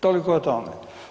Toliko o tome.